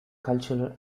cultural